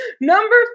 Number